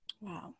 Wow